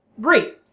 Great